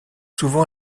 souvent